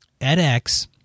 edX